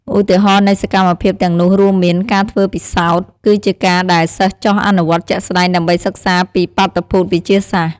ឧទាហរណ៍នៃសកម្មភាពទាំងនោះរួមមាន ការធ្វើពិសោធន៍៖ គឺជាការដែលសិស្សចុះអនុវត្តជាក់ស្តែងដើម្បីសិក្សាពីបាតុភូតវិទ្យាសាស្ត្រ។